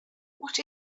what